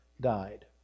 died